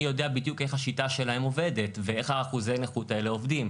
יודע בדיוק איך השיטה שלהם עובדת ואיך אחוזי נכות האלה עובדים.